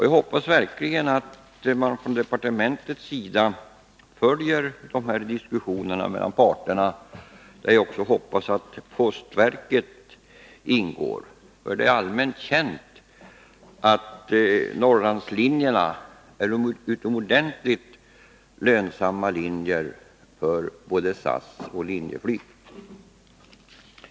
Jag hoppas verkligen att man från departementets sida säljer diskussionerna mellan parterna, där jag hoppas att postverket ingår — det är allmänt känt att Norrlandslinjerna är utomordentligt lönsamma linjer för både SAS och Linjeflyg.